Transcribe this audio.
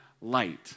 light